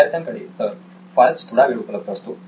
विद्यार्थ्यांकडे तर फारच थोडा वेळ उपलब्ध असतो